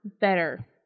better